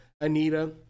Anita